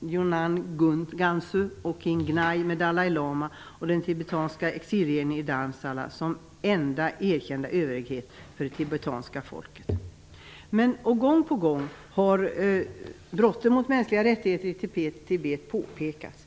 Yunnan Gansu och Qingnai med Dalai Lama och den tibetanska exilregeringen i Dharansala som enda erkända överhöghet för det tibetanska folket. Gång på gång har brotten mot mänskliga rättigheter i Tibet påpekats.